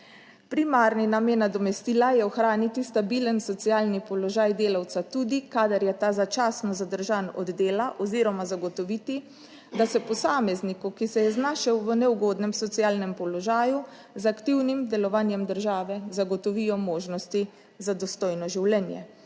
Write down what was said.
Primarni namen nadomestila je ohraniti stabilen socialni položaj delavca, tudi kadar je ta začasno zadržan od dela oziroma zagotoviti, da se posamezniku, ki se je znašel v neugodnem socialnem položaju, z aktivnim delovanjem države zagotovijo možnosti za dostojno življenje